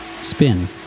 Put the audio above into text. spin